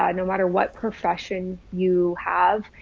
um no matter what profession you have,